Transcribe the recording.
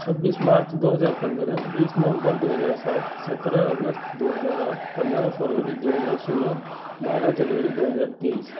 छब्बीस मार्च दो हज़ार पन्द्रह बीस नवंबर दो हज़ार सात सत्रह अगस्त दो हज़ार आठ पन्द्रह फरवरी दो हज़ार सोलह बारह जनवरी दो हज़ार तेईस